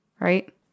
Right